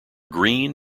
green